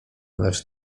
lecz